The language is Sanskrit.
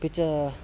अपि च